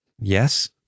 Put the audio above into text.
Yes